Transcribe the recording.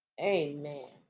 Amen